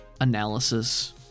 analysis